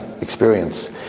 experience